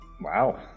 Wow